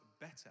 better